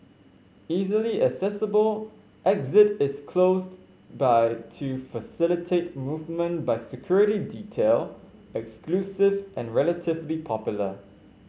easily accessible exit is closed by to facilitate movement by security detail exclusive and relatively popular